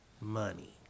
Money